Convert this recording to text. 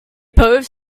both